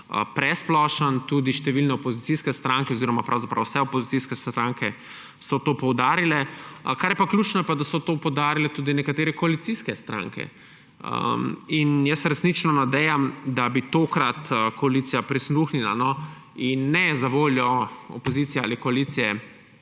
presplošen. Tudi številne opozicijske stranke oziroma pravzaprav vse opozicijske stranke so to poudarile. Kar je pa ključno, je pa to, da so to poudarile tudi nekatere koalicijske stranke. Jaz se resnično nadejam, da bi tokrat koalicija prisluhnila, in ne zavoljo opozicije ali koalicije,